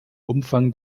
umfang